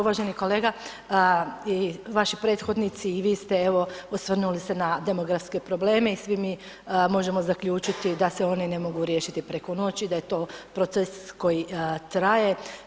Uvaženi kolega, i vaši prethodnici i vi ste evo osvrnuli se na demografske probleme i svi mi možemo zaključiti da se oni ne mogu riješiti preko noći, da je to proces koji traje.